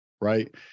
Right